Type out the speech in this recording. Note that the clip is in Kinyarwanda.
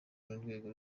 n’urwego